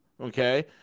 okay